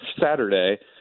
Saturday